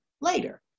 later